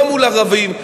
לא מול ערבים,